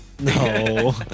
No